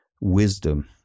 wisdom